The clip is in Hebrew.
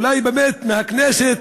אולי באמת מהכנסת